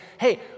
Hey